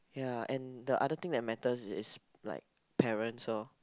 ya and the another thing that matter is like parents loh